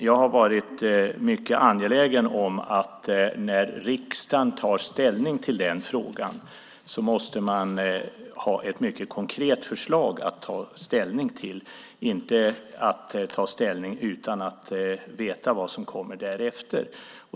Jag har varit mycket angelägen om att när riksdagen tar ställning till den frågan måste man ha ett mycket konkret förslag att ta ställning till, inte ta ställning utan att veta vad som kommer därefter.